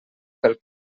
pel